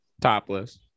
topless